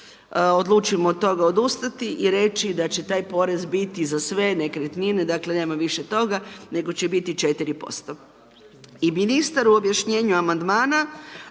odlučimo od toga odustati i reći da će taj porez biti za sve nekretnine, dakle nema više toga, nego će biti 4%. I ministar u objašnjenju amandmana